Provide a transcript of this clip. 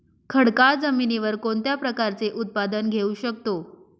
खडकाळ जमिनीवर कोणत्या प्रकारचे उत्पादन घेऊ शकतो?